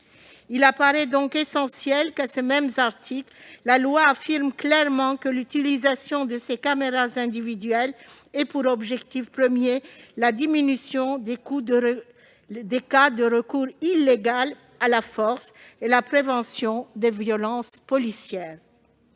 Il apparaît donc essentiel qu'à ces mêmes articles la loi affirme clairement que l'utilisation de ces caméras individuelles a pour objectif premier la diminution des cas de recours illégal à la force et la prévention des violences policières.